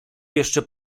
jeszcze